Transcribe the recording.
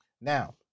Now